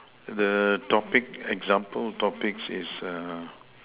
the topic example topics is